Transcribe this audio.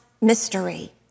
mystery